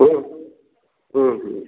ಹ್ಞೂ ಹ್ಞೂ ಹ್ಞೂ